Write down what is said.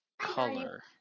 color